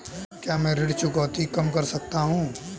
क्या मैं ऋण चुकौती कम कर सकता हूँ?